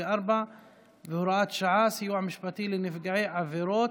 24 והוראת שעה) (סיוע משפטי לנפגעי עבירות),